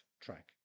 track